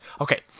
Okay